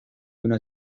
una